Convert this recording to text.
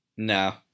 No